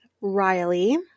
Riley